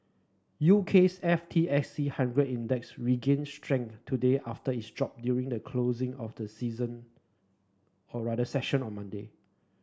UK's F T S E hundred Index regained strength today after its drop during the closing of the season session on Monday